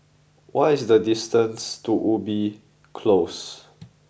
what is the distance to Ubi Close